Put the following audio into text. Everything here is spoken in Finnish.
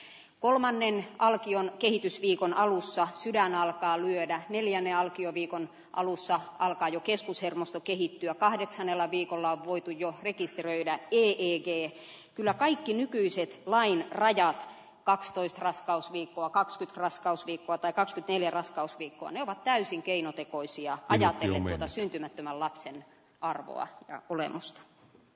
kolmannen alkion kehitys viikon alussa sijaan alkaa lyödä neljä ne alkio viikon alussa alkaa jo keskushermosto kihi t ja kahdeksannella viikolla voitu jo rekisterin ii liitteen kyllä kaikki nykyiset vain vajaat kaksitoista raskausviikkoa kakskyt raskausviikkoa tai kasvitiede raskausviikkoni ovat täysin keinotekoisia ajatellen syntymättömän lapsen arvoa ja olemusta